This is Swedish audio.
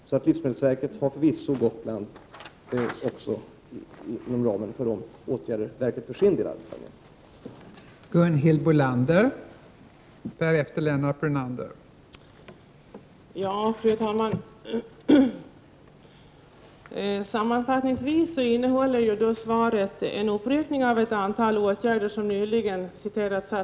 Gotland ligger förvisso inom ramen för de åtgärder som livsmedelsverket för sin del arbetar med.